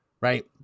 right